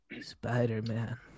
Spider-Man